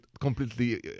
completely